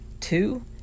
Two